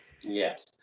Yes